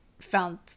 found